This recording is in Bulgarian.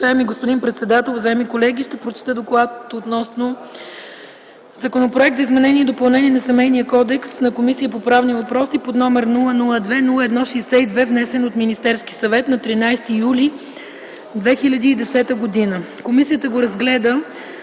Уважаеми господин председател, уважаеми колеги! Ще прочета Доклад относно Законопроект за изменение и допълнение на Семейния кодекс на Комисията по правни въпроси под № 002-01-62, внесен от Министерския съвет на 13 юли 2010 г. Комисията го разгледа